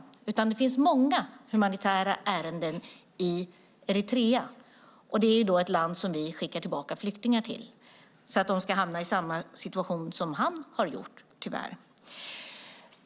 Det finns många humanitära ärenden i Eritrea. Det är ett land som vi skickar tillbaka flyktingar till så att de ska hamna i samma situation som Dawit Isaak har gjort - tyvärr.